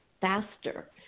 faster